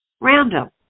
Random